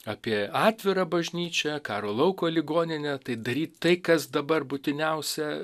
apie atvirą bažnyčią karo lauko ligoninę tai daryti tai kas dabar būtiniausia